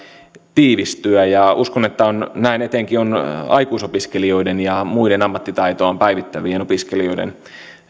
tiivistyä ja uskon että näin on etenkin aikuisopiskelijoiden ja muiden ammattitaitoaan päivittävien opiskelijoiden